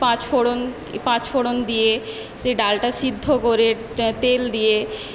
পাঁচফোঁড়ন পাঁচফোঁড়ন দিয়ে সে ডালটা সিদ্ধ করে তেল দিয়ে